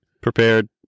prepared